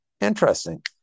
Interesting